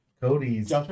Cody's